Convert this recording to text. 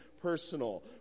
Personal